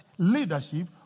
Leadership